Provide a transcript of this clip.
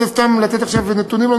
אני לא רוצה סתם לתת עכשיו נתונים,